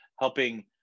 helping